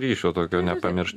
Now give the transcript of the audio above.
ryšio tokio nepamiršt